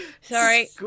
Sorry